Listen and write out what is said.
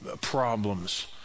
problems